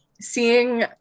seeing